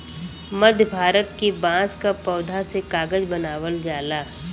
मध्य भारत के बांस क पौधा से कागज बनावल जाला